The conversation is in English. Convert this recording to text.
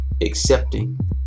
accepting